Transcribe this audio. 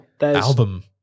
album